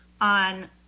on